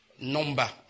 number